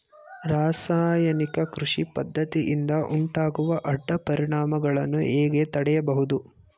ರಾಸಾಯನಿಕ ಕೃಷಿ ಪದ್ದತಿಯಿಂದ ಉಂಟಾಗುವ ಅಡ್ಡ ಪರಿಣಾಮಗಳನ್ನು ಹೇಗೆ ತಡೆಯಬಹುದು?